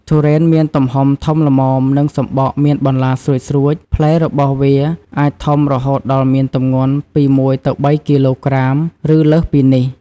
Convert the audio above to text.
ទុរេនមានទំហំធំល្មម និងសំបកមានបន្លាស្រួចៗ ផ្លែរបស់វាអាចធំរហូតដល់មានទម្ងន់ពី ១ ទៅ ៣ គីឡូក្រាម ឬលើសពីនេះ ។